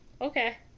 Okay